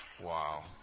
Wow